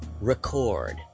record